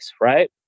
right